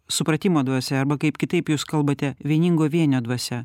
supratimo dvasia arba kaip kitaip jūs kalbate vieningo vienio dvasia